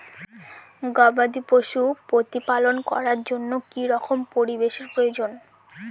গবাদী পশু প্রতিপালন করার জন্য কি রকম পরিবেশের প্রয়োজন?